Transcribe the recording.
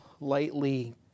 lightly